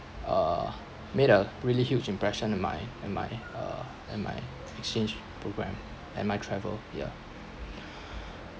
uh made a really huge impression in my in my uh in my exchange programme and my travel yeah